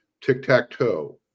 Tic-tac-toe